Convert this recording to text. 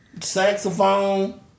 Saxophone